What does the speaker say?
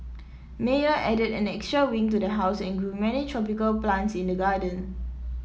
Meyer added an extra wing to the house and grew many tropical plants in the garden